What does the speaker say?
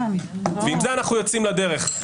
עם זה אנחנו יוצאים לדרך.